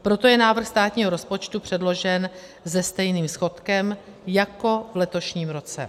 Proto je návrh státního rozpočtu předložen se stejným schodkem jako v letošním roce.